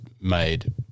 made